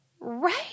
Right